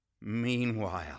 Meanwhile